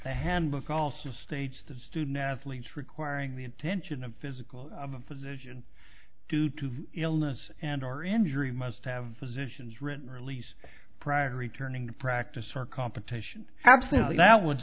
handbook also states the student athletes requiring the attention of physical of a physician due to illness and or injury must have was issues written release prior returning practice or competition absolutely that